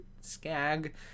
skag